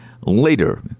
later